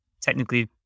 technically